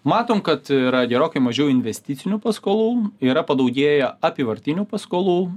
matom kad yra gerokai mažiau investicinių paskolų yra padaugėjo apyvartinių paskolų